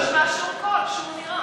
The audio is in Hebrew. אבל לא נשמע שום קול, שום אמירה?